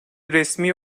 resmi